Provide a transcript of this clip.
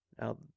Now